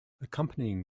accompanying